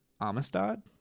Amistad